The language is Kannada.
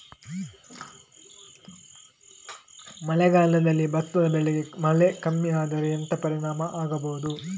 ಮಳೆಗಾಲದಲ್ಲಿ ಭತ್ತದ ಬೆಳೆಗೆ ಮಳೆ ಕಮ್ಮಿ ಆದ್ರೆ ಎಂತ ಪರಿಣಾಮ ಆಗಬಹುದು?